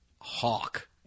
Hawk